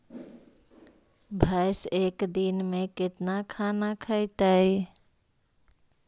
भैंस एक दिन में केतना खाना खैतई?